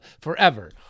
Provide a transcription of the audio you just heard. Forever